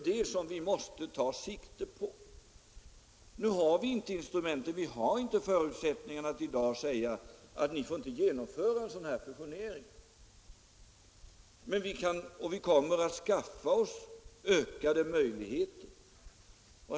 Det är det vi måste ta sikte på. I dag har vi inte instrumenten eller förutsättningarna att säga: Ni får inte genomföra en fusionering. Men vi kommer att skaffa oss ökade möjligheter.